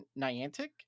Niantic